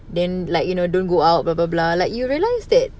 then like you know don't go out blah blah blah like you realise that